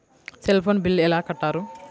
Cell phone bill ఎలా కట్టారు?